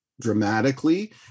dramatically